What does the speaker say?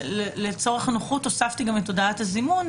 לצורך הנוחות הוספתי גם את הודעת הזימון,